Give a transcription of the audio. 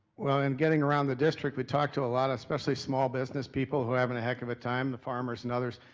well, in getting around the district we talked to a lot of especially small businesspeople who are having a heck of a time, the farmers and others,